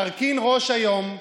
נרכין ראש היום,